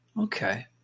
Okay